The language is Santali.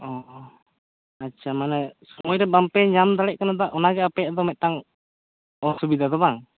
ᱚ ᱟᱪᱪᱷᱟ ᱢᱟᱱᱮ ᱥᱳᱢᱚᱭᱨᱮ ᱵᱟᱝᱯᱮ ᱧᱟᱢ ᱫᱟᱲᱮᱜ ᱠᱟᱱᱟ ᱫᱟᱜ ᱚᱱᱟ ᱜᱮ ᱟᱯᱮᱭᱟᱜ ᱫᱚ ᱢᱤᱫᱴᱟᱝ ᱚᱥᱩᱵᱤᱫᱟ ᱫᱚ ᱵᱟᱝ